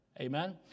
Amen